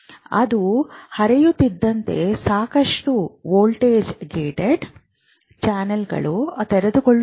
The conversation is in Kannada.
ಅದು ಹರಿಯುತ್ತಿದ್ದಂತೆ ಸಾಕಷ್ಟು ವೋಲ್ಟೇಜ್ ಗೇಟೆಡ್ ಚಾನಲ್ಗಳು ತೆರೆದುಕೊಳ್ಳುತ್ತವೆ